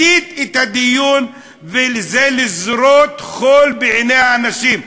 מסיט את הדיון, וזה לזרות חול בעיני האנשים.